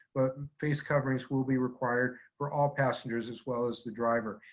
face coverings will be required for all passengers as well as the driver.